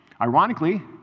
Ironically